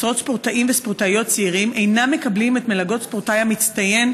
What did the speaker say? עשרות ספורטאים וספורטאיות צעירים אינם מקבלים מלגות ספורטאי מצטיין